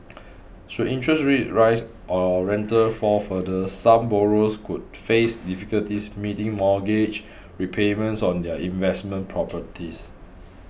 should interest rates rise or rentals fall further some borrowers could face difficulties meeting mortgage repayments on their investment properties